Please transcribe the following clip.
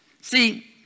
See